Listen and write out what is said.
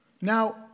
Now